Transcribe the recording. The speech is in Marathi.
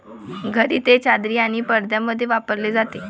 घरी ते चादरी आणि पडद्यांमध्ये वापरले जाते